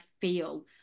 feel